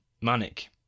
manic